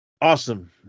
Awesome